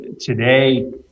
today